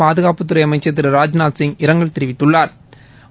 பாதுகாப்புத்துறை அமைச்சா் திரு ராஜ்நாத்சிங் இரங்கல் தெரிவித்துள்ளாா்